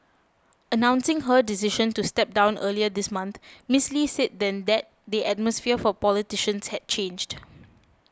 announcing her decision to step down earlier this month Miss Lee said then that the atmosphere for politicians had changed